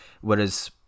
whereas